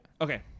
Okay